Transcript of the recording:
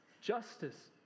justice